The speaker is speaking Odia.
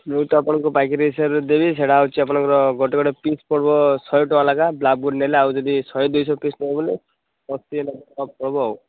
ମୁଁ ତ ଆପଣଙ୍କୁ ପାଇକିରି ହିସାବରେ ଦେଲି ସେଇଟା ହେଉଛି ଆପଣଙ୍କର ଗୋଟେ ଗୋଟେ ପିସ୍ ପଡ଼ିବ ଶହେ ଟଙ୍କା ଲେଖା ବ୍ଲାକ୍ ବୁଲ୍ ନେଲେ ଆଉ ଯଦି ଶହେ ଦୁଇଶହ ପିସ୍ ନେବେ ବୋଲେ ଅଶୀଏ ଟଙ୍କା ଲେଖା ପଡ଼ିବ ଆଉ